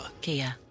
Kia